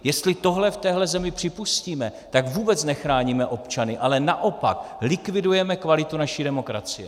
Jestli tohle v téhle zemi připustíme, tak vůbec nechráníme občany, ale naopak likvidujeme kvalitu naší demokracie.